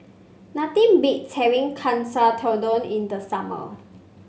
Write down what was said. nothing beats having Katsu Tendon in the summer